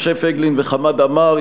משה פייגלין וחמד עמאר,